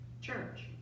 Church